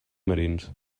marins